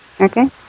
okay